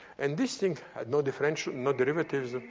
and this thing had no differential, no derivatives, ah